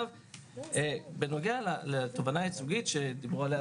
בנוגע לתובענה ייצוגית שדיברו עליה,